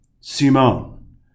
Simone